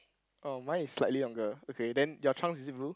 oh my is slightly longer okay then your trunks is it blue